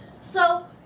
so,